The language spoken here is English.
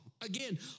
Again